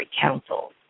Council